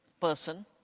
person